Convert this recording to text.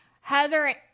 Heather